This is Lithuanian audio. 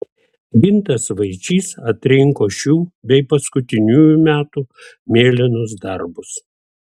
gintas vaičys atrinko šių bei paskutiniųjų metų mėlynus darbus